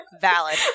Valid